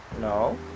no